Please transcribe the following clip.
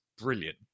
brilliant